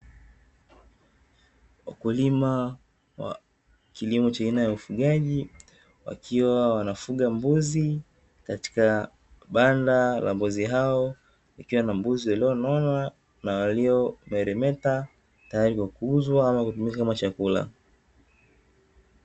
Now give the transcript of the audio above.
Wakulima wa kilimo cha aina ya ufugaji wakiwa wanafuga mbuzi katika banda la mbuzi hao, likiwa na mbuzi walionona na waliomelemeta tayari kwa kuuzwa ama kutumika kama chakula.